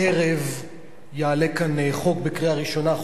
הערב יעלה כאן חוק לקריאה ראשונה,